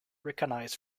recognized